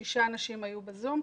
שישה אנשים היו ב"זום",